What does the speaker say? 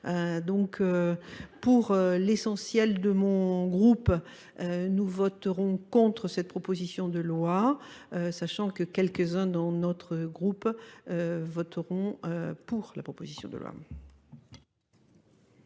Donc pour l'essentiel de mon groupe, nous voterons contre cette proposition de loi, sachant que quelques-uns dans notre groupe voteront pour la proposition de loi.